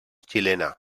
xilena